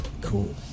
Cool